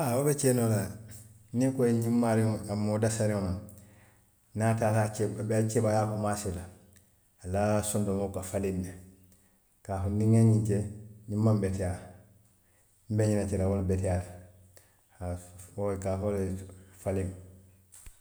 Aa wo be kee noo la le niŋ i ko i ye ñiŋ maarii a moo dasariŋo loŋ, niŋ a taata a kee a be keebaayaa kumaasee la, a la sondomoo ka faliŋ ne, a ka a fo niŋ n ŋa ñiŋ ke, ñiŋ maŋ beteyaa, n be ñiŋ ne kela wo le beteyaata haa i ka a fo wo le ye faliñiŋo